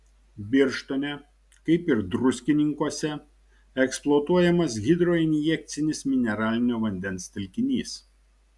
birštone kaip ir druskininkuose eksploatuojamas hidroinjekcinis mineralinio vandens telkinys